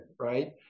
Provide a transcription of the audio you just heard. right